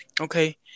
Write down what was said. Okay